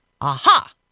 Aha